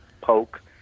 poke